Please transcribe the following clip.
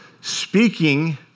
speaking